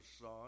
son